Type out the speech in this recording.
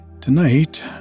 Tonight